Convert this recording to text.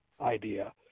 idea